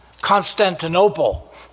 Constantinople